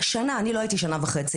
אני לא הייתי שנה וחצי,